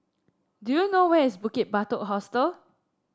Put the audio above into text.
do you know where is Bukit Batok Hostel